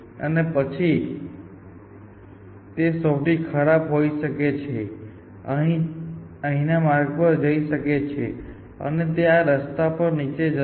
અને પછી તે સૌથી ખરાબ હોઈ શકે છે અને તે અહીં માર્ગ પર જઈ શકે છે અને તે આ રસ્તા પર નીચે જશે